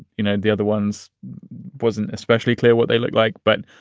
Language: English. you know, the other ones wasn't especially clear what they look like. but,